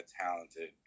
talented